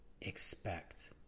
expect